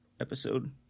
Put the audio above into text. episode